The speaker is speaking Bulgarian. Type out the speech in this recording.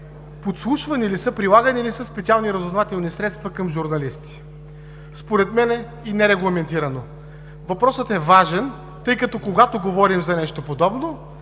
подслушвани ли са, прилагани ли са специални разузнавателни средства към журналисти, според мен и нерегламентирано? Въпросът е важен, тъй като, когато говорим за нещо подобно,